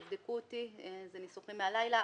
תבדקו אותי כי אלה ניסוחים מהלילה.